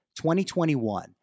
2021